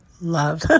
Love